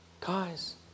guys